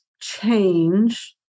Change